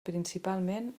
principalment